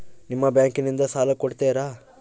ನಿಮ್ಮ ಬ್ಯಾಂಕಿನಿಂದ ಸಾಲ ಕೊಡ್ತೇರಾ?